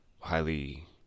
highly